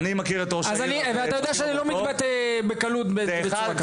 ואתה יודע שאני לא מתבטא בקלות בצורה כזו.